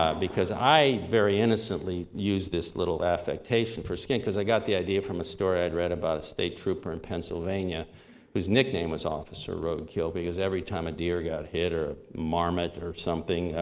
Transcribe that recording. um because i, very innocently, used this little affectation for skink, because i got the idea from a story i'd read about a state trooper in pennsylvania whose nickname was officer roadkill, because every time a deer got hit, or a marmot or something,